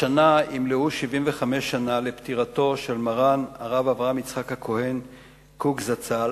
השנה ימלאו 75 שנה לפטירתו של מרן הרב אברהם יצחק הכהן קוק זצ"ל,